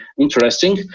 interesting